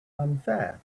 unfair